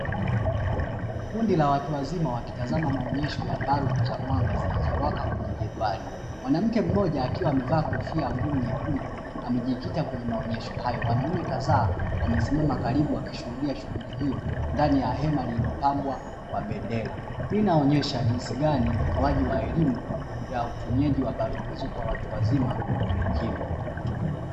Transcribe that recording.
Kundi la watu wazima wakitazama maonyesho ya balbu za mwanga zinazowaka kwenye jedwali, mwanamke mmoja akiwa amevaa kofia ngumu nyekundu amejikita kwenye maonyesho hayo. Wanaume kadhaa wamesimama karibu wakishuhudia shughuli hiyo ndani ya hema lililopambwa kwa bendera, hii inaonyesha jinsi gani utoaji wa elimu ya utumiaji wa balbu hizo kwa watu wazima ni muhimu.